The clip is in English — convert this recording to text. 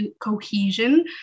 cohesion